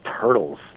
turtles